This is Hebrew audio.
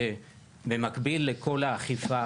שבמקביל לכל האכיפה,